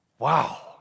Wow